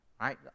right